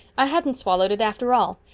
i hadn't swallowed it after all.